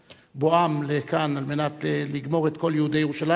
בואם לכאן כדי לגמור את כל יהודי ירושלים,